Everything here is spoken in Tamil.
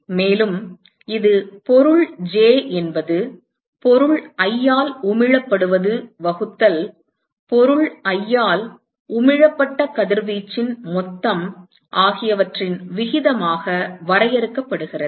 மேலும் இது பொருள் j என்பது பொருள் i ஆல் உமிழப்படுவது வகுத்தல் பொருள் i ஆல் உமிழப்பட்ட கதிர்வீச்சின் மொத்தம் ஆகியவற்றின் விகிதமாக வரையறுக்கப்படுகிறது